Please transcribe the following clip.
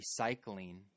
recycling